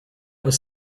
was